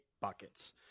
buckets